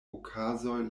okazoj